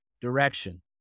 direction